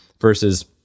versus